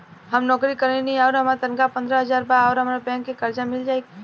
हम नौकरी करेनी आउर हमार तनख़ाह पंद्रह हज़ार बा और हमरा बैंक से कर्जा मिल जायी?